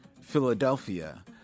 Philadelphia